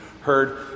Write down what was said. heard